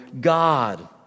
God